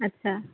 আচ্ছা